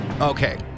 Okay